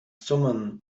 thummim